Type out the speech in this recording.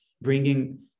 bringing